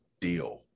deal